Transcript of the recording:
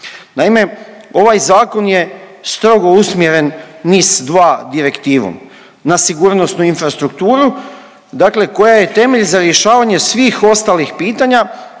Naime ovaj zakon je strogo usmjeren NIS2 direktivom na sigurnosnu infrastrukturu dakle koja temelj za rješavanje svih ostalih pitanja,